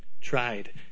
tried